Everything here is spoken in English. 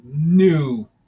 new